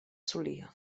solia